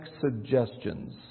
suggestions